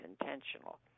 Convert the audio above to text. intentional